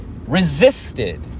resisted